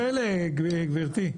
יש כאלה, גברתי?